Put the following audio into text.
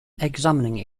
examining